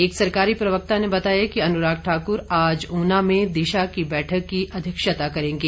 एक सरकारी प्रवक्ता ने बताया कि अनुराग ठाक्र आज ऊना में दिशा की बैठक की अध्यक्षता करेंगे